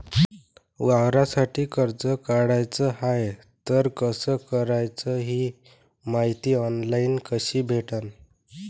वावरासाठी कर्ज काढाचं हाय तर ते कस कराच ही मायती ऑनलाईन कसी भेटन?